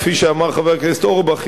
כפי שאמר חבר הכנסת אורבך,